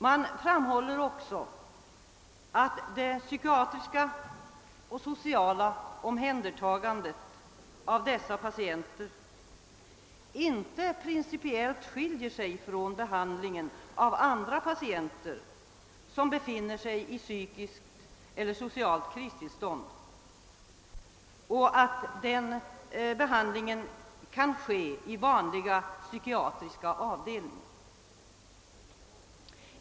Man framhåller också att det psykiatriska och sociala omhändertagandet av dessa patienter inte principiellt skiljer sig från behandlingen av andra patienter som befinner sig i psykiskt eller socialt kristillstånd och att behandlingen av dem därför kan ske i vanliga psykiatriska avdelningar.